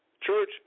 Church